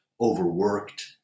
overworked